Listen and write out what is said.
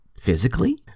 physically